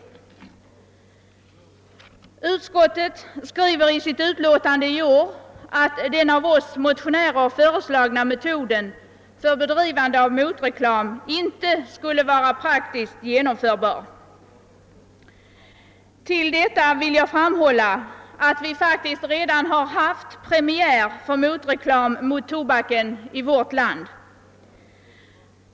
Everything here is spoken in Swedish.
Utskottet skriver i sitt utlåtande i år att den av oss motionärer föreslagna metoden för bedrivande av motreklam inte skulle vara praktiskt genomförbar. Men då vill jag framhålla att vi faktiskt redan har haft premiär för motreklam mot tobaken i vårt land.